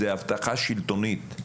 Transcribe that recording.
זו הבטחה שלטונית.